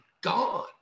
gone